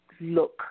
Look